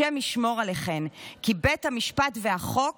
השם ישמור עליכן, כי בית המשפט והחוק